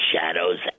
shadows